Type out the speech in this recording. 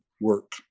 work